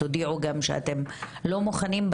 תודיעו גם שאתם לא מוכנים,